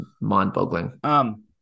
mind-boggling